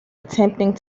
attempting